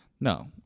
No